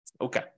Okay